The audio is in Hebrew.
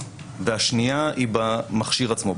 והשנייה היא במכשיר עצמו,